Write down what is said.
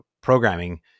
programming